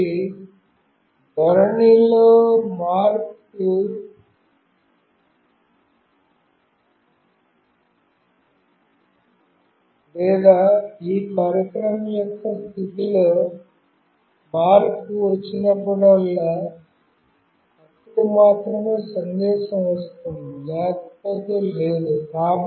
కాబట్టి ధోరణిలో మార్పు లేదా ఈ పరికరం యొక్క స్థితిలో మార్పు వచ్చినప్పుడల్లా అప్పుడు మాత్రమే సందేశం వస్తుంది లేకపోతే లేదు